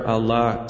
Allah